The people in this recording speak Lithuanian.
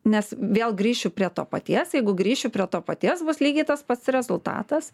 nes vėl grįšiu prie to paties jeigu grįšiu prie to paties bus lygiai tas pats rezultatas